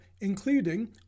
including